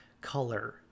color